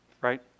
right